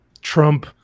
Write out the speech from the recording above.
Trump